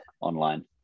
online